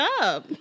up